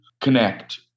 connect